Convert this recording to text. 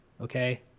okay